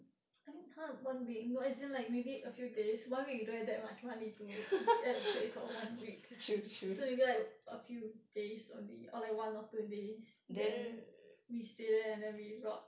I mean !huh! one week no as in like we meet a few days one week you don't have that much money to get the place for one week so if we get a few days only or like one or two days then we stay there and then we rot